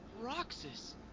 Roxas